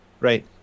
right